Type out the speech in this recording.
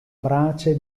brace